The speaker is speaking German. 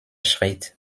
schritt